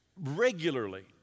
Regularly